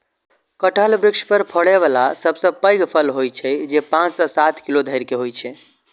कटहल वृक्ष पर फड़ै बला सबसं पैघ फल होइ छै, जे पांच सं सात किलो धरि के होइ छै